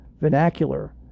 vernacular